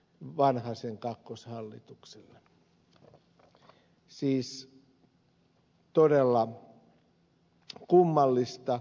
siis todella kummallista